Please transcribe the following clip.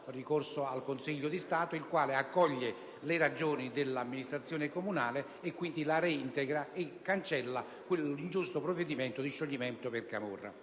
ricorso al Consiglio di Stato, il quale accoglie le ragioni dell'amministrazione comunale e quindi la reintegra, cancellando quell'ingiusto provvedimento di scioglimento per camorra.